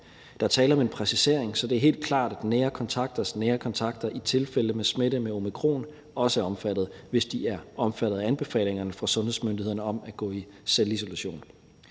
Der er tale om en præcisering, så det er helt klart, at nære kontakter til nære kontakter i tilfælde af smitte med omikron også er omfattet, hvis de er omfattet af anbefalingerne fra sundhedsmyndighederne om at gå i selvisolation.